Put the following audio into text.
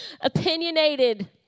opinionated